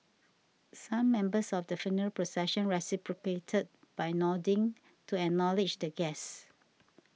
some members of the funeral procession reciprocated by nodding to acknowledge the guests